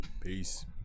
Peace